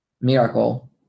Miracle